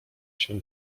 się